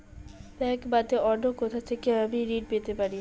Bank বাদে অন্য কোথা থেকে আমি ঋন পেতে পারি?